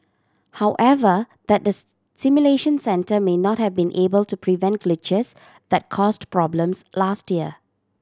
however that the simulation centre may not have been able to prevent glitches that caused problems last year